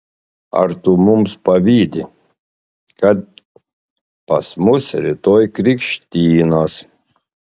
ar tu mums pavydi kad pas mus rytoj krikštynos